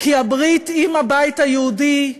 כי הברית עם הבית היהודי,